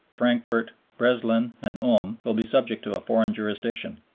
frankfurt, breslan and ulm will be subject to a foreign jurisdiction.